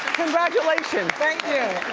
congratulations, thank you.